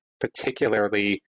particularly